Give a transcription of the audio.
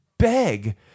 beg